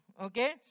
okay